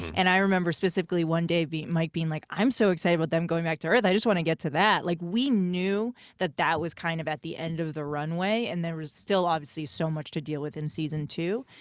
and i remember specifically one day, mike being like, i'm so excited about but them going back to earth, i just want to get to that. like, we knew that that was kind of at the end of the runway and there was still, obviously, so much to deal with in season two.